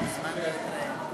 מזמן לא התראינו.